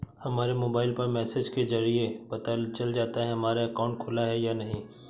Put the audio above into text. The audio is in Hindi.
हमारे मोबाइल पर मैसेज के जरिये पता चल जाता है हमारा अकाउंट खुला है या नहीं